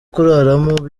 kuraramo